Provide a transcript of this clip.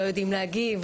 לא יודעים להגיד,